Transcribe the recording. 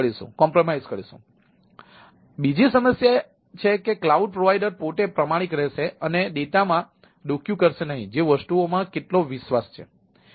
તેથી આ બીજી સમસ્યા છે કે ક્લાઉડ પ્રોવાઇડર પોતે પ્રામાણિક રહેશે અને ડેટામાં ડોકિયું કરશે નહીં જે વસ્તુઓમાં કેટલો વિશ્વાસ છે